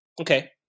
Okay